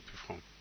perform